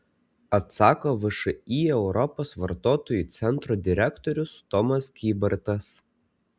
atsako všį europos vartotojų centro direktorius tomas kybartas